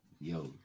yo